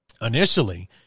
initially